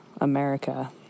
America